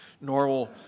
normal